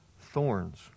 thorns